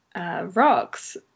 rocks